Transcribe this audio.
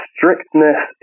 Strictness